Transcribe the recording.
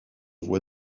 voie